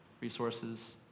resources